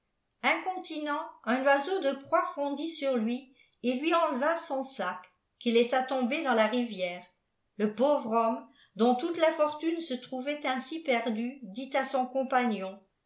incontinent un oiseau de proie fondit sur lui et lui enleva son sac qu'il laissa tomber dans la rivière le pauvre ômme dont toute la fortune se trouvait ainsi perdue dit à son compagnon